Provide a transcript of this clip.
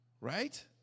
right